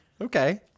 Okay